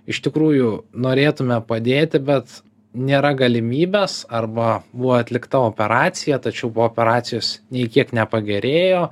iš tikrųjų norėtume padėti bet nėra galimybės arba buvo atlikta operacija tačiau po operacijos nei kiek nepagerėjo